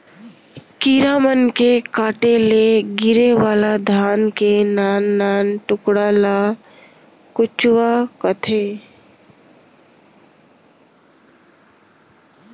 कीरा मन के काटे ले गिरे वाला धान के नान नान कुटका ल कुचवा कथें